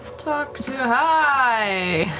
talk to yeah hi,